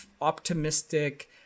optimistic